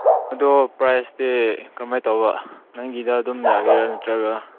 ꯑꯗꯣ ꯄ꯭ꯔꯥꯏꯖꯇꯤ ꯀꯔꯝꯍꯥꯏ ꯇꯧꯕ ꯅꯍꯥꯟꯒꯤꯗꯣ ꯑꯗꯨꯝ ꯌꯥꯒꯦꯔꯥ ꯅꯠꯇ꯭ꯔꯒ